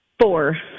Four